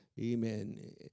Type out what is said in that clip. amen